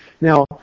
Now